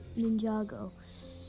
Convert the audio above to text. Ninjago